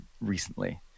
recently